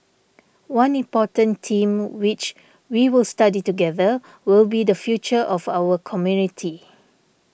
one important theme which we will study together will be the future of our community